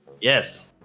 Yes